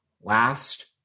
Last